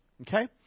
Okay